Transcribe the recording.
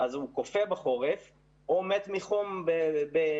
אז הוא קופא בחורף ומת מחום בקיץ.